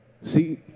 See